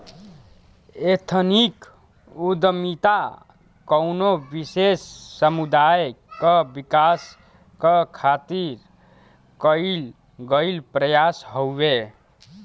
ethnic उद्दमिता कउनो विशेष समुदाय क विकास क खातिर कइल गइल प्रयास हउवे